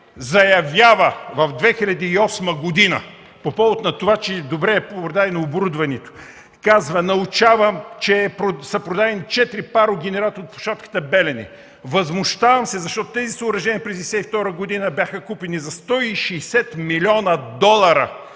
През 2008 г. по повод на това, че добре е продадено оборудването, казва: „Научавам, че са продадени четири парогенератора от площадката ”Белене”. Възмущавам се, защото тези съоръжения през 1992 г. бяха купени за 160 млн. долара